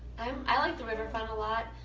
um i like the riverfront a lot,